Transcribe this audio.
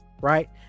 right